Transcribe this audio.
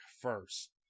first